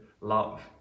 love